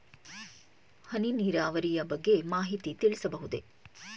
ಹನಿ ನೀರಾವರಿಯ ಬಗ್ಗೆ ಮಾಹಿತಿ ತಿಳಿಸಬಹುದೇ?